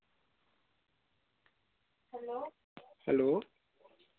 hello